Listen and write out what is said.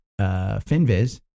Finviz